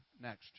Next